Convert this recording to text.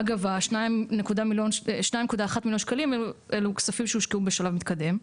אגב 2.1 מיליוני שקלים אלו כספים שהושקעו בשלב מתקדם,